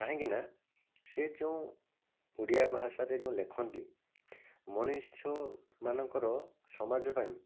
କାହିଁକିନା ସେ ଯେଉଁ ଓଡ଼ିଆ ଭାଷାରେ ଯେଉଁ ଲେଖନ୍ତି ମଣିଷମାନଙ୍କର ସମାଜ ପାଇଁ